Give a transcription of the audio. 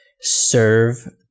serve